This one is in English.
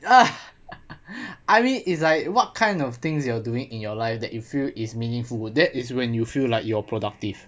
ah I mean it's like what kind of things you are doing in your life that you feel is meaningful that is when you feel like you're productive